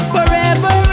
Forever